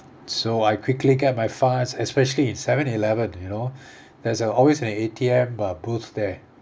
so I quickly get my funds especially in seven eleven you know there's always an A_T_M uh booth there